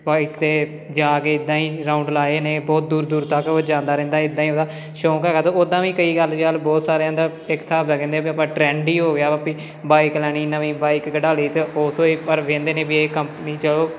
bike 'ਤੇ ਜਾ ਕੇ ਇੱਦਾਂ ਹੀ ਰਾਊਂਡ ਲਾਏ ਨੇ ਬਹੁਤ ਦੂਰ ਦੂਰ ਤੱਕ ਉਹ ਜਾਂਦਾ ਰਹਿੰਦਾ ਇੱਦਾਂ ਹੀ ਉਹਦਾ ਸ਼ੌਂਕ ਹੈਗਾ ਅਤੇ ਉੱਦਾਂ ਵੀ ਕਈ ਗੱਲ ਬਹੁਤ ਸਾਰਿਆਂ ਦਾ ਇੱਕ ਹਿਸਾਬ ਦਾ ਕਹਿੰਦੇ ਆਪਾਂ ਟਰੈਂਡ ਹੀ ਹੋ ਗਿਆ ਵੀ ਬਾਈਕ ਲੈਣੀ ਨਵੀਂ ਬਾਈਕ ਕਢਾ ਲਈ ਅਤੇ ਉਹ ਸੋ ਪੇਪਰ ਵੇਂਹਦੇ ਨੇ ਵੀ ਇਹ ਕੰਪਨੀ ਚਲੋ